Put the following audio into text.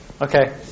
Okay